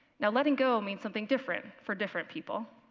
now, letting go means something different for different people.